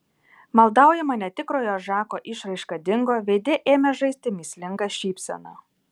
maldaujama netikrojo žako išraiška dingo veide ėmė žaisti mįslinga šypsena